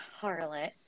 Harlot